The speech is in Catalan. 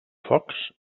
focs